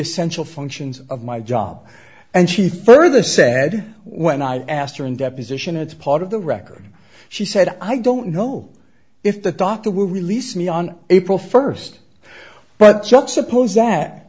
essential functions of my job and she further said when i asked her in deposition it's part of the record she said i don't know if the doctor will release me on april st but juxtapose that